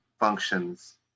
functions